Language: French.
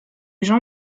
jean